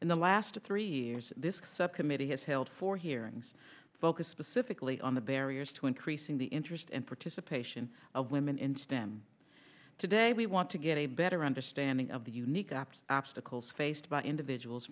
in the last three years this subcommittee has held four hearings focused specifically on the barriers to increasing the interest and participation of women in stem today we want to get a better understanding of the unique apps obstacles faced by individuals